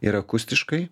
ir akustiškai